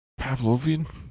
Pavlovian